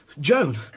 Joan